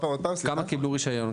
כמה קיבלו רישיון?